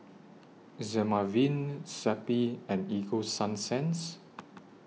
Dermaveen Zappy and Ego Sunsense